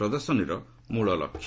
ପ୍ରଦର୍ଶନୀର ମୂଳ ଲକ୍ଷ୍ୟ